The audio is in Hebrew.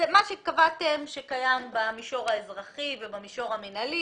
מה שהתכוונתם שקיים במישור האזרחי ובמישור המינהלי,